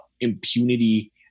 impunity